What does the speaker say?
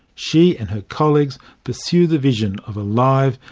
she and her colleagues pursue the vision of a live,